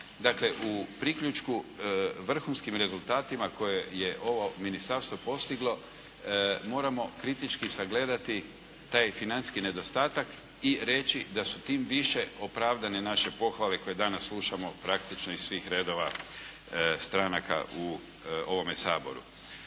Dakle, u priključku vrhunskim rezultatima koje je ovo ministarstvo postiglo moramo kritički sagledati da je financijski nedostatak i reći da su tim više opravdane naše pohvale koje danas slušamo praktično iz svih redova stranaka u ovome Saboru.